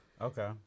Okay